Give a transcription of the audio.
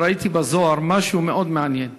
וראיתי בזוהר משהו מאוד מעניין.